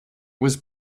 was